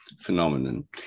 phenomenon